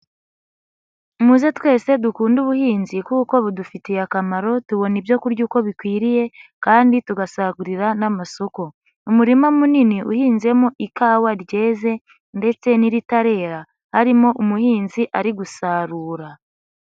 Muze twese dukunde ubuhinzi kuko budufitiye akamaro, tubona ibyo kurya uko bikwiriye kandi tugasagurira n'amasoko. Umurima munini uhinzemo ikawa ryeze ndetse n'iritarera, harimo umuhinzi ari gusarura.